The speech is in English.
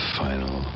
final